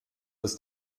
des